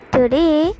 Today